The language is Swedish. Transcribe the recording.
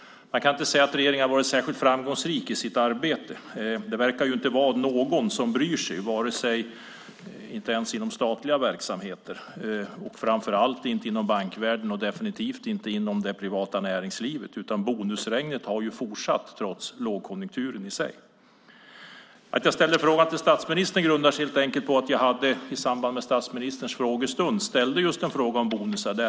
Man kan inte säga att regeringen har varit särskilt framgångsrik i sitt arbete. Det verkar inte vara någon som bryr sig, inte ens inom statliga verksamheter, framför allt inte inom bankvärlden och definitivt inte inom det privata näringslivet. Bonusregnet har fortsatt trots lågkonjunkturen. Anledningen till att jag ställde frågan till statsministern är att jag i samband med statsministerns frågestund ställde en fråga om bonusar.